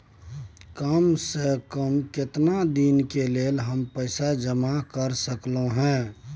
काम से कम केतना दिन के लेल हम पैसा जमा कर सकलौं हैं?